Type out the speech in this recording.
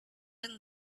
and